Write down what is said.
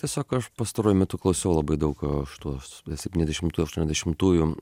tiesiog aš pastaruoju metu klausiau labai daug šituos septyniasdešimtų aštuoniasdešimtųjų